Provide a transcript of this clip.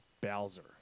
Bowser